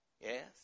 Yes